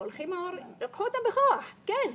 לקחו אותם בכוח, כן.